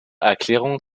erklärung